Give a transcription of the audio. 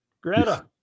Greta